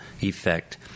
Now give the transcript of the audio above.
effect